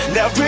Now